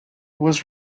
was